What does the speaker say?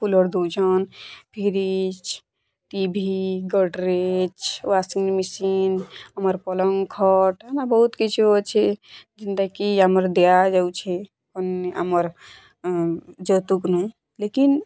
cooler ଦଉଛଁନ୍ fridge TV Godrej washing machine ଆମର ପଲଙ୍କ୍ ଖଟ୍ ଏ ମା ବହୁତ୍ କିଛି ଅଛି ଯେନ୍ତା କି ଆମର ଦିଆଯାଉଛି ଅନ୍ୟ ଆମର ଯୌତୁକ ନୁ ଲିକିନ୍